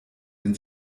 den